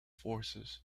forces